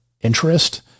interest